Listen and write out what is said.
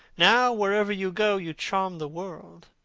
now, wherever you go, you charm the world.